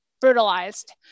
brutalized